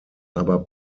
aber